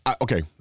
Okay